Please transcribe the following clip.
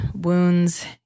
wounds